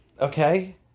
okay